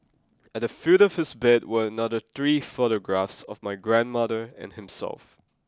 at the foot of his bed were another three photographs of my grandmother and himself